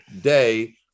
day